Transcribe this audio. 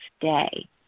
day